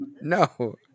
no